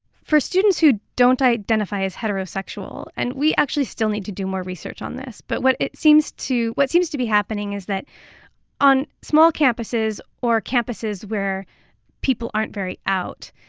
for students who don't identify as heterosexual, and we actually still need to do more research on this, but what it seems to what seems to be happening is that on small campuses or campuses where people aren't very out,